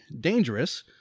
dangerous